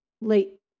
late